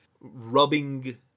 rubbing